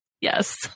Yes